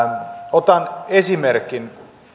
otan esimerkin siitä